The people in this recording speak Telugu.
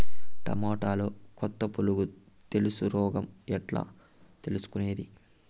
టమోటాలో కొత్త పులుగు తెలుసు రోగం ఎట్లా తెలుసుకునేది?